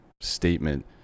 statement